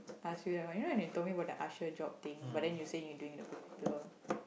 ask you when you know they told me what the usher job thing but then you say you doing the